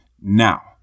Now